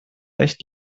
echt